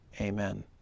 Amen